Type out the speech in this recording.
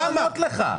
הוא רוצה לענות לך.